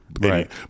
Right